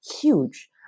huge